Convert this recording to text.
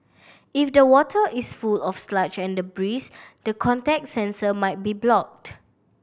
if the water is full of sludge and debris the contact sensor might be blocked